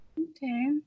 Okay